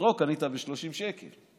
את האתרוג קנית ב-30 שקל,